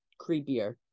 creepier